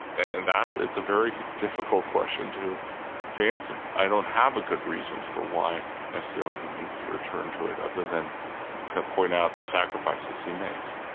and that is a very difficult question to to answer. i don't have a good reason for why necessarily he needs to return to it other than to point out the sacrifices he makes.